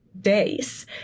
days